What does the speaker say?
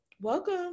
welcome